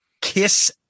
kiss